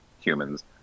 humans